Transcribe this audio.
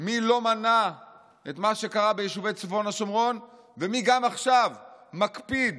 מי לא מנע את מה שקרה ביישובי צפון השומרון ומי גם עכשיו מקפיד